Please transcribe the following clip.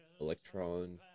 electron